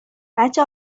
بچه